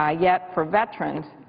ah yet for veterans,